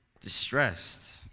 distressed